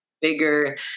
bigger